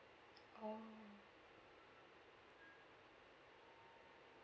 orh